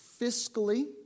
fiscally